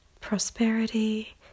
prosperity